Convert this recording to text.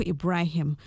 Ibrahim